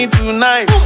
tonight